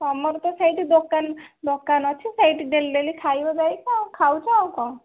ତୁମର ତ ସେଇଠି ଦୋକାନ ଦୋକାନ ଅଛି ସେଠୁ ଡେଲି ଡେଲି ଖାଇବ ଯାଇକି ଆଉ ଖାଉଛ ଆଉ କ'ଣ